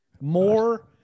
More